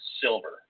silver